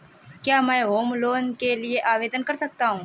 क्या मैं home loan के लिए आवेदन कर सकता हूं?